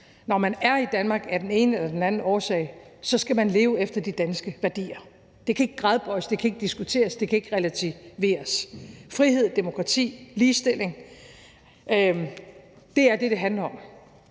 Når man er i Danmark af den ene eller den anden årsag, skal man leve efter de danske værdier. Det kan ikke gradbøjes, det kan ikke diskuteres, det kan ikke relativeres. Frihed, demokrati og ligestilling er det, det handler om.